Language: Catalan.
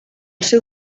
seu